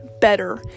better